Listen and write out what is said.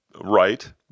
right